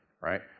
right